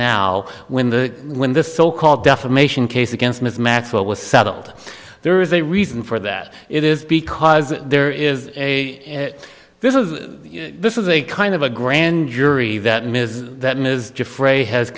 now when the when this so called defamation case against ms maxwell was settled there is a reason for that it is because there is a this is this is a kind of a grand jury that ms that ms frey has